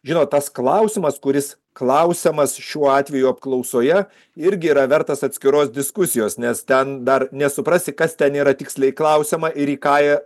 žinot tas klausimas kuris klausiamas šiuo atveju apklausoje irgi yra vertas atskiros diskusijos nes ten dar nesuprasi kas ten yra tiksliai klausiama ir į ką jie